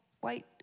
white